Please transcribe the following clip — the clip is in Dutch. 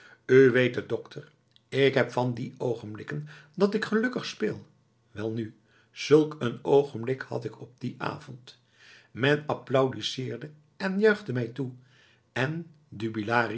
u weet het dokter ik heb van die oogenblikken dat ik gelukkig speel welnu zulk een oogenblik had ik op dien avond men applaudisseerde en juichte mij toe en